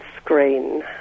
Screen